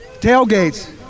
Tailgates